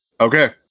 Okay